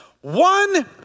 one